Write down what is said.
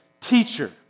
teacher